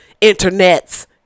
internets